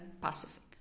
Pacific